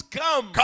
come